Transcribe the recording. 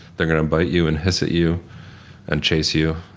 they're going to bite you and hiss at you and chase you.